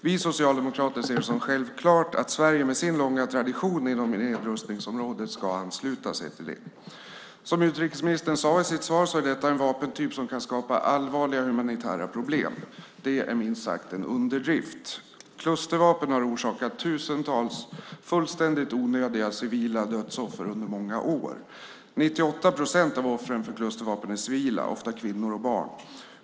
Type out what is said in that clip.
Vi socialdemokrater ser det som självklart att Sverige med sin långa tradition inom nedrustningsområdet ska ansluta sig till det. Som utrikesministern sade i sitt svar är detta en vapentyp som kan skapa allvarliga humanitära problem. Det är minst sagt en underdrift. Klustervapen har orsakat tusentals fullständigt onödiga civila dödsoffer under många år. 98 procent av offren för klustervapen är civila, ofta kvinnor och barn.